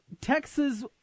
Texas